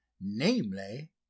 namely